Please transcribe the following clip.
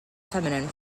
feminine